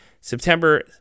September